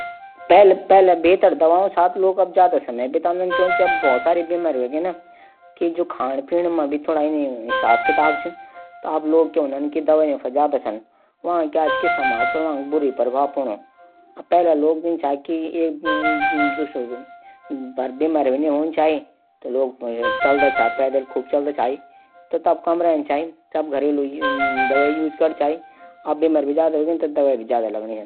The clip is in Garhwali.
मि रेस्तरां मां हप्ता मा दुई दिन खाणू खांदू। जै रेस्तरां मि खांणू वेकू नाम चा रैलिस।